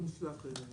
אנחנו נשלח אותן.